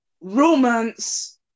romance